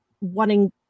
wanting